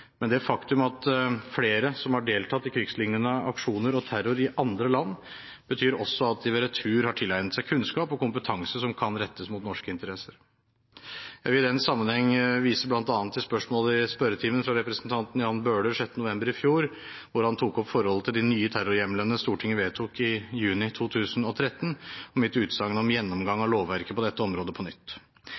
men det faktum at flere har deltatt i krigslignende aksjoner og terror i andre land, betyr også at de ved retur har tilegnet seg kunnskap og kompetanse som kan rettes mot norske interesser. Jeg vil i den sammenheng vise til bl.a. spørsmål i spørretimen fra representanten Jan Bøhler 6. november i fjor, hvor han tok opp forholdet til de nye terrorhjemlene Stortinget vedtok i juni 2013, og mitt utsagn om gjennomgang av lovverket på dette området på nytt.